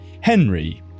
henry